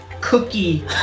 cookie